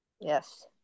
Yes